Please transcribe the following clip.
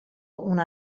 una